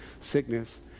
sickness